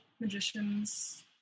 magicians